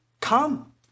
come